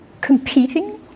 competing